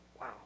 Wow